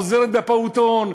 עוזרת בפעוטון,